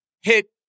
hit